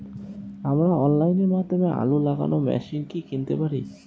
আমরা অনলাইনের মাধ্যমে আলু লাগানো মেশিন কি কিনতে পারি?